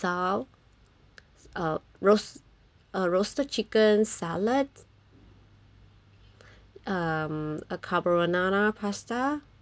pizza uh roast ah roasted chicken salad um a carbonara pasta